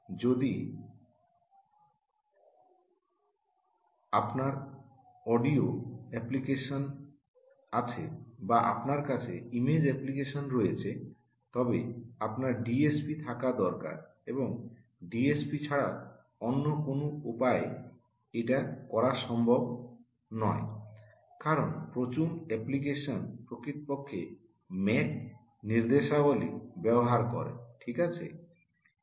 যদি আপনার audio application আছে বা আপনার কাছে ইমেজ অ্যাপ্লিকেশন রয়েছে তবে আপনার ডিএসপি থাকা দরকার এবং ডিএসপি ছাড়া অন্য কোনও উপায় এটা করা সম্ভব নয় কারণ প্রচুর অ্যাপ্লিকেশন প্রকৃত পক্ষে ম্যাকের নির্দেশাবলী ব্যবহার করে ঠিক আছে